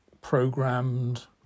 programmed